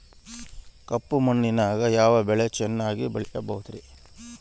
ಕಪ್ಪು ಮಣ್ಣಿನಲ್ಲಿ ಯಾವ ಬೆಳೆ ಚೆನ್ನಾಗಿ ಬೆಳೆಯಬಹುದ್ರಿ?